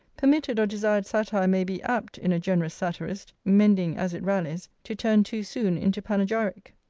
permitted or desired satire may be apt, in a generous satirist, mending as it rallies, to turn too soon into panegyric.